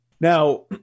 Now